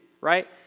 right